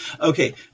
Okay